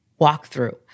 walkthrough